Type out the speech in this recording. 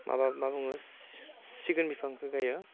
माबा मा बुङो सिगुन बिफांखौ गायो